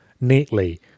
neatly